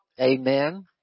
Amen